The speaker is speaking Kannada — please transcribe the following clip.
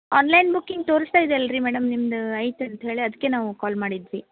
ಆನ್ಲೈನ್ ಬುಕ್ಕಿಂಗ್ ತೋರಿಸ್ತಾ ಇದಿಯಲ್ಲ ರೀ ಮೇಡಮ್ ನಿಮ್ಮದು ಐತೆ ಅಂತ ಹೇಳಿ ಅದಕ್ಕೆ ನಾವು ಕಾಲ್ ಮಾಡಿದ್ವಿ